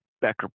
Becker